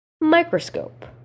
microscope